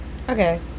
Okay